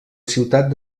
ciutat